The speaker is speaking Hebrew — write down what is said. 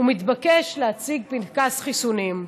הוא מתבקש להציג פנקס חיסונים.